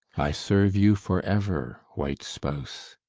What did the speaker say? i serve you for ever, white spouse.